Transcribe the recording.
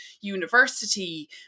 university